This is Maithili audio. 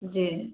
जी